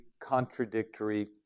contradictory